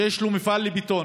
שיש לו מפעל לבטון,